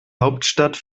hauptstadt